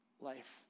life